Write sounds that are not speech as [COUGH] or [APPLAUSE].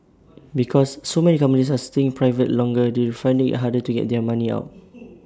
because so many companies are staying private longer they're finding IT harder to get their money out [NOISE]